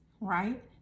right